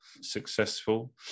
successful